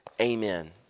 Amen